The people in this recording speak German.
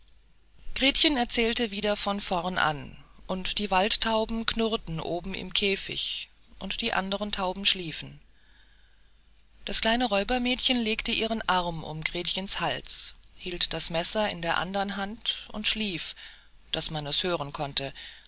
gretchen erzählte wieder von vorn an und die waldtauben knurrten oben im käfig und die andern tauben schliefen das kleine räubermädchen legte ihren arm um gretchens hals hielt das messer in der andern hand und schlief daß man es hören konnte